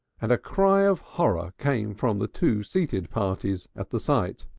and a cry of horror came from the two seated parties at the sight.